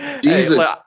Jesus